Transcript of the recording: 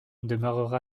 demeurera